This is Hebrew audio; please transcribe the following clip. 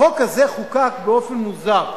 החוק הזה חוקק באופן מוזר.